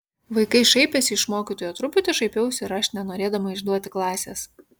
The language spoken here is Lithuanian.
vaikai šaipėsi iš mokytojo truputį šaipiausi ir aš nenorėdama išduoti klasės